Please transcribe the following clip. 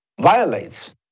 violates